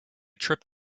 trip